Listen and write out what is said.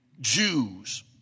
Jews